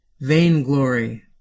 vainglory